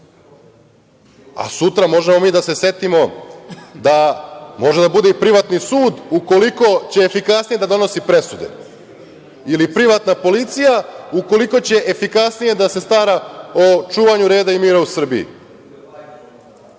Sutra možemo mi da se setimo da može i privatni sud ukoliko će efikasnije da donosi presude ili privatna policija ukoliko će efikasnije da se stara o čuvanju reda i mira u